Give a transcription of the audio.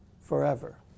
forever